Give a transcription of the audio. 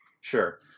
Sure